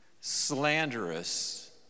slanderous